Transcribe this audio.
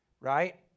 Right